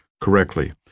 correctly